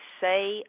say